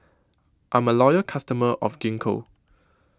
I'm A Loyal customer of Gingko